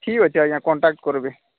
ଠିକ୍ ଅଛି ଆଜ୍ଞା କଣ୍ଟାକ୍ଟ କରିବେ